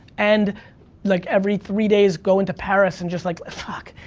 and like every three days, go into paris and just like, fuck.